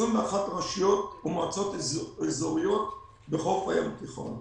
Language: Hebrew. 21 רשויות ומועצות אזוריות בחוף הים התיכון.